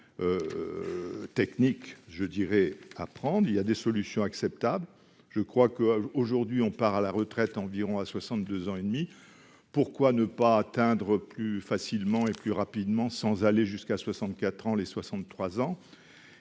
techniques, je dirais à prendre, il y a des solutions acceptables, je crois que aujourd'hui on part à la retraite environ à 62 ans et demi, pourquoi ne pas atteindre plus facilement et plus rapidement sans aller jusqu'à 64 ans, les 63 ans,